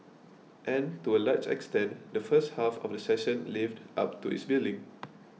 and to a large extent the first half of the session lived up to its billing